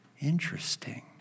Interesting